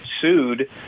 sued